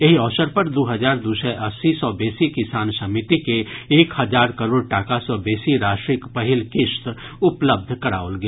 एहि अवसर पर दू हजार दू सय अस्सी सँ बेसी किसान समिति के एक हजार करोड़ टाका सँ बेसी राशिक पहिल किस्त उपलब्ध कराओल गेल